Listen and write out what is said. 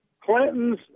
Clintons